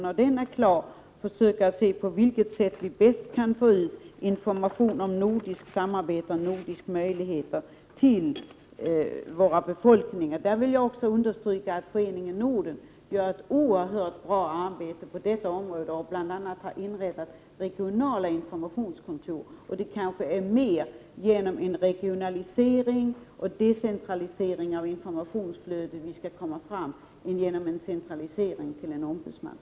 När den är klar skall vi försöka se på vilket sätt vi bäst kan få ut information om nordiskt samarbete och nordiska möjligheter till våra befolkningar. Jag vill understryka att föreningen Norden gör ett oerhört bra arbete på detta område. Föreningen har bl.a. inrättat regionala informationskontor. Det är kanske genom en regionalisering och decentralisering av informationsflödet som vi skall komma fram till en bättre kontakt snarare än genom en centralisering.